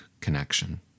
connection